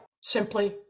Simply